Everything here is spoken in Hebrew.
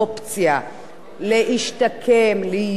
להיות אזרח מהשורה,